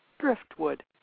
driftwood